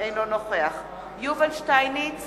אינו נוכח יובל שטייניץ,